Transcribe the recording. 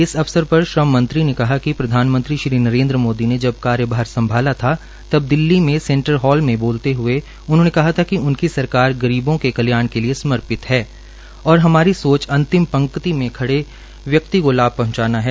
इस अवसर पर श्रममंत्री ने कहा कि प्रधानमंत्री श्री नरेन्द्र ने जब कार्यभार संभाला था तब दिल्ली में सेंटर हॉल में बोलते हए कहा था कि उनकी सरकार गरीबों के कल्याण के लिए समर्पित है और हमारी सोच अंतिम पंक्ति में खड़े व्यक्ति को लाभ पहंचाना है